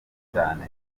cyane